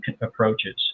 approaches